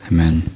Amen